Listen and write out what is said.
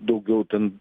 daugiau ten